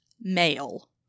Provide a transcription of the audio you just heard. male